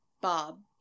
Bob